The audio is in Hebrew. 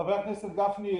חבר הכנסת גפני,